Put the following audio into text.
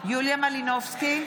יוליה מלינובסקי,